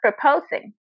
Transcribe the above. proposing